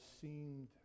seemed